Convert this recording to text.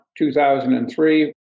2003